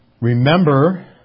remember